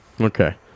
Okay